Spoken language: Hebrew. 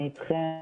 אני אתכם.